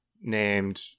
named